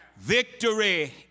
Victory